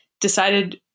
decided